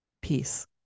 peace